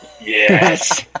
Yes